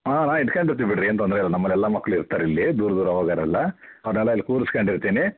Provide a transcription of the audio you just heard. ಹಾಂ ನಾವು ಇಟ್ಕಂಡಿರ್ತೀವಿ ಬಿಡಿರಿ ಏನೂ ತೊಂದರೆ ಇಲ್ಲ ನಮ್ಮಲ್ಲಿ ಎಲ್ಲ ಮಕ್ಕಳು ಇರ್ತಾರೆ ಇಲ್ಲಿ ದೂರ ದೂರ ಹೋಗೋವ್ರೆಲ್ಲ ಅವ್ರನ್ನೆಲ್ಲ ಇಲ್ಲಿ ಕೂರ್ಸ್ಕೊಂಡಿರ್ತೀನಿ